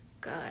Good